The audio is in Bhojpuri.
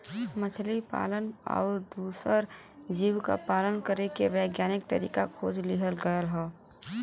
मछली पालन आउर दूसर जीव क पालन करे के वैज्ञानिक तरीका खोज लिहल गयल हौ